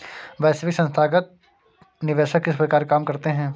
वैश्विक संथागत निवेशक किस प्रकार काम करते हैं?